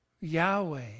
Yahweh